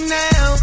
now